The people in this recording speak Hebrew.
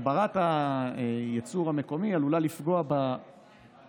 הגברת הייצור המקומי עלולה לפגוע בתכנון.